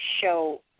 show